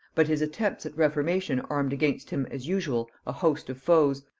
but his attempts at reformation armed against him, as usual, a host of foes,